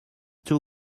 two